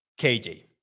KJ